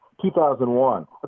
2001